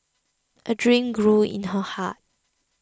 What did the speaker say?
a dream grew in her heart